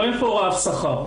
אין פה רף שכר.